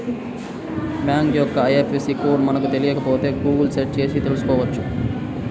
bank యొక్క IFSC code మనకు తెలియకపోతే గుగుల్ సెర్చ్ చేసి తెల్సుకోవచ్చు